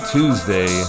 Tuesday